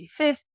25th